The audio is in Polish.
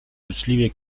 życzliwie